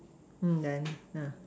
then yeah